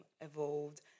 evolved